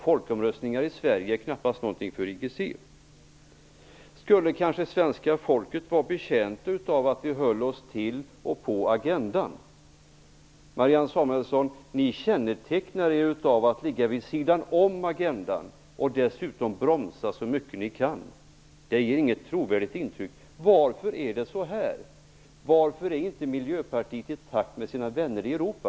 Folkomröstningar i Sverige är knappast någonting för Svenska folket kanske skulle vara betjänt av att vi höll oss till och på agendan. Ni kännetecknas av att ni ligger vid sidan om agendan, Marianne Samuelsson, och dessutom bromsar ni så mycket ni kan. Det ger inte något trovärdigt intryck. Varför är det så? Varför är inte miljöpartiet i takt med sina vänner i Europa?